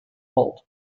vault